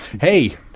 Hey